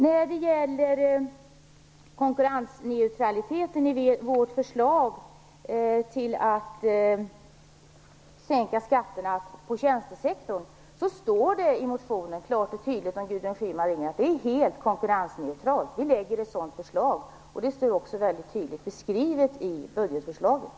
Så till konkurrensneutraliteten i vårt förslag om att sänka skatterna på tjänstesektorn. I motionen står det klart och tydligt, Gudrun Schyman, att förslaget är helt konkurrensneutralt. Vi lägger fram ett sådant förslag. Det är också mycket tydligt beskrivet i budgetförslaget.